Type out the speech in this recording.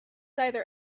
either